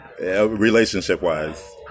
relationship-wise